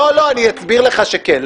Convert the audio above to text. אני אסביר לך שכן.